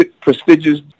prestigious